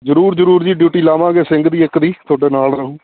ਜ਼ਰੂਰ ਜ਼ਰੂਰ ਜੀ ਡਿਊਟੀ ਲਾਵਾਂਗੇ ਸਿੰਘ ਦੀ ਇੱਕ ਦੀ ਤੁਹਾਡੇ ਨਾਲ ਰਹੂ